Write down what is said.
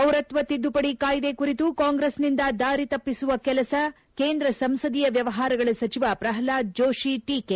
ಪೌರತ್ವ ತಿದ್ದುಪಡಿ ಕಾಯ್ದೆ ಕುರಿತು ಕಾಂಗ್ರೆಸ್ನಿಂದ ದಾರಿ ತಪ್ಪಿಸುವ ಕೆಲಸ ಕೇಂದ್ರ ಸಂಸದೀಯ ವ್ಯವಹಾರಗಳ ಸಚಿವ ಪ್ರಹ್ನಾದ್ ಜೋತಿ ಟೀಕೆ